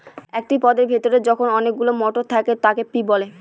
একটি পদের ভেতরে যখন অনেকগুলো মটর থাকে তাকে পি বলে